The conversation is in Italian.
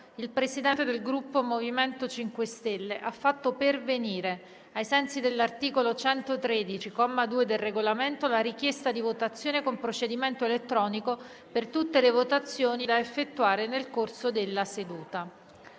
il Presidente del Gruppo MoVimento 5 Stelle ha fatto pervenire, ai sensi dell'articolo 113, comma 2, del Regolamento, la richiesta di votazione con procedimento elettronico per tutte le votazioni da effettuare nel corso della seduta.